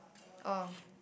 oh